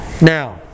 now